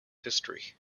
history